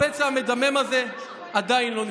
הפצע המדמם הזה עדיין לא נסגר.